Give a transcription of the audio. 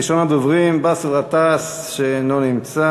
ראשון הדוברים, באסל גטאס, אינו נוכח,